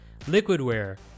Liquidware